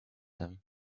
them